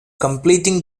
completing